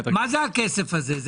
מה הכסף הזה?